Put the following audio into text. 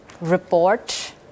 report